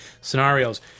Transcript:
scenarios